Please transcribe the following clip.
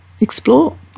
explore